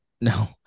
No